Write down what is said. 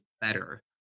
better